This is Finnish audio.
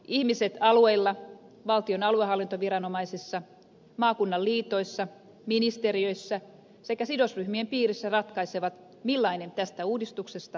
ihmiset alueilla valtion aluehallintoviranomaisissa maakunnan liitoissa ministeriöissä sekä sidosryhmien piirissä ratkaisevat millainen tästä uudistuksesta lopulta tulee